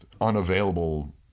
unavailable